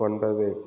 ஒன்பது